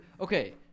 Okay